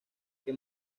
que